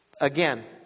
Again